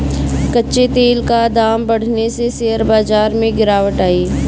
कच्चे तेल का दाम बढ़ने से शेयर बाजार में गिरावट आई